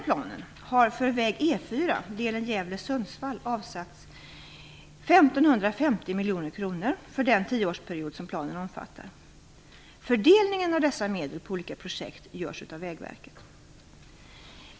Sundsvall avsatts 1 550 miljoner kronor för den tioårsperiod som planen omfattar. Fördelningen av dessa medel på olika projekt görs av Vägverket.